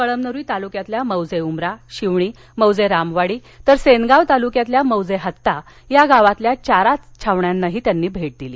कळमनुरी तालुक्यातील मौजे उमरा शिवणी मौजे रामवाडी तर सेनगांव तालुक्यातील मौजे हत्ता या गावातील चारा छावणीलाही त्यांनी भेट दिली